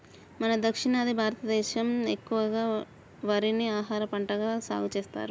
మన దక్షిణాది భారతదేసం ఎక్కువగా వరిని ఆహారపంటగా సాగుసెత్తారు